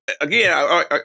again